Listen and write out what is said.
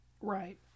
Right